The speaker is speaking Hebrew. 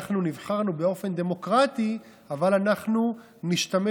אנחנו נבחרנו באופן דמוקרטי אבל אנחנו נשתמש